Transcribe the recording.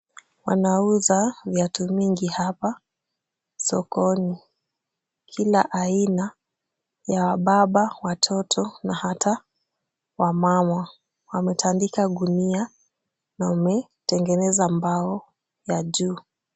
Wanauza viatu mingi hapa sokoni. Kila aina ya wababa, watoto na hata wamama. Wametandika gunia na wametengeneza mbao ya juu.